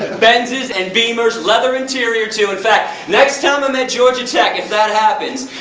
benzes and beamers, leather interior too, in fact, next time i'm at georgia tech, if that happens,